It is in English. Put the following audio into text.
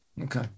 Okay